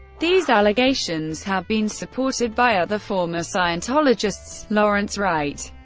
these allegations have been supported by other former scientologists lawrence wright,